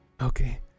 okay